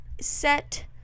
set